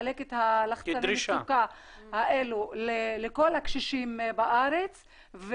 לחלק את לחצני המצוקה האלה לכל הקשישים בארץ,